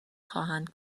خواهند